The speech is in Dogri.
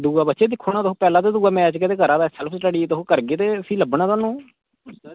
अच्छा बच्चो दिक्खो आं तुस पैह्लें करगे ते फिर लब्भना थुहानू